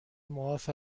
معاف